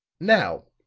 now,